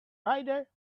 rider